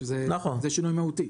שזה שונה מהותית.